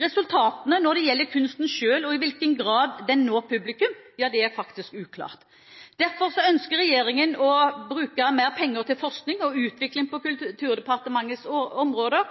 Resultatene når det gjelder kunsten selv og i hvilken grad den når publikum, ja, det er faktisk uklart. Derfor ønsker regjeringen å bruke mer penger til forskning og utvikling på Kulturdepartementets område,